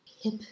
hip